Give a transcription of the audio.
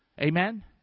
Amen